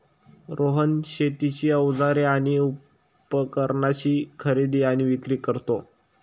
रोहन शेतीची अवजारे आणि उपकरणाची खरेदी आणि विक्री करतो